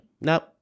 nope